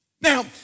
Now